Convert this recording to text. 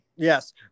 Yes